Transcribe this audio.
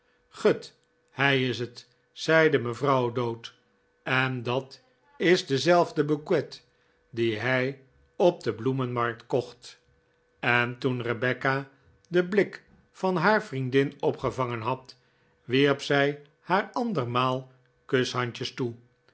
gut hij is het zeide mevrouw o'dowd en dat is dezelfde bouquet dien hij op de bloemenmarkt kocht en toen rebecca den blik van haar vriendin opgevangen had wierp zij haar andermaal kushandjes toe